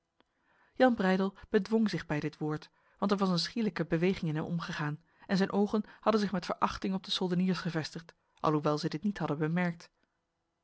jan breydel bedwong zich bij dit woord want er was een schielijke beweging in hem omgegaan en zijn ogen hadden zich met verachting op de soldeniers gevestigd alhoewel zij dit niet hadden bemerkt